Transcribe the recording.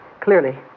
clearly